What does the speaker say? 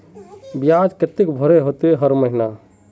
बियाज केते भरे होते हर महीना?